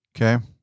Okay